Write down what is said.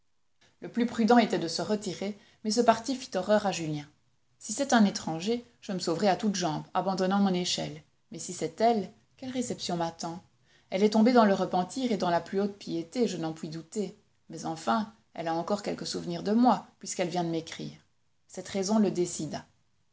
le plus prudent était de se retirer mais ce parti fit horreur à julien si c'est un étranger je me sauverai à toutes jambes abandonnant mon échelle mais si c'est elle quelle réception m'attend elle est tombée dans le repentir et dans la plus haute piété je n'en puis douter mais enfin elle a encore quelque souvenir de moi puisqu'elle vient de m'écrire cette raison le décida